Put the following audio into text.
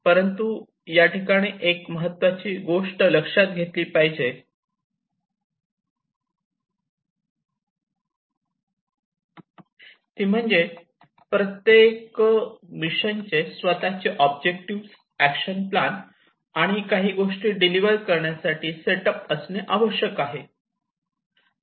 परंतु या ठिकाणी एक महत्त्वाची गोष्ट लक्षात घेतली पाहिजे ती म्हणजे प्रत्येक मिशनचे स्वतःचे ऑब्जेक्टिव्ह एक्शन प्लान आणि काही गोष्टी डिलिवर करण्यासाठी सेटअप असणे आवश्यक आहे